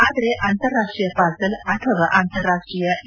ಆದರೆ ಅಂತಾರಾಷ್ಷೀಯ ಪಾರ್ಸೆಲ್ ಅಥವಾ ಅಂತಾರಾಷ್ಷೀಯ ಇ